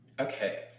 Okay